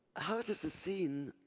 how this is seen,